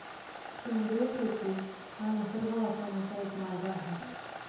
सेंद्रिय शेती हा निसर्ग वाचवण्याचा एक मार्ग आहे